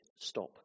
stop